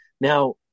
Now